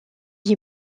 des